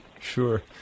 sure